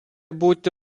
būti